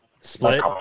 split